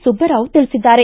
ಸುಬ್ಬರಾವ್ ತಿಳಿಸಿದ್ದಾರೆ